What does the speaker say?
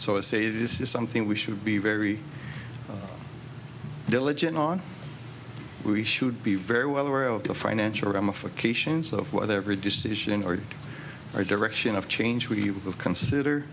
so i say this is something we should be very diligent on we should be very well aware of the financial ramifications of what every decision or or direction of change we would consider